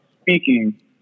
speaking